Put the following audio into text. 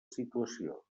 situació